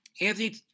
Anthony